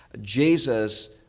jesus